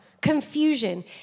confusion